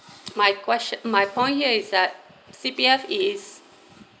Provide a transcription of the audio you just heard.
my quest~ my point here is that C_P_F is